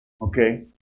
Okay